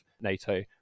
NATO